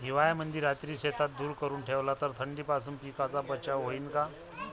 हिवाळ्यामंदी रात्री शेतात धुर करून ठेवला तर थंडीपासून पिकाचा बचाव होईन का?